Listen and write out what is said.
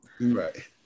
right